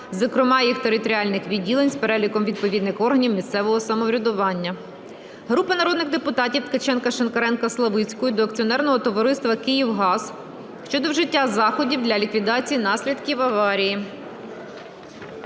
(зокрема, їх територіальних відділень з переліком відповідних органів місцевого самоврядування). Групи народних депутатів (Ткаченка, Шинкаренка, Славицької) до Акціонерного товариства "Київгаз" щодо вжиття заходів для ліквідації наслідків аварії.